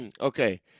Okay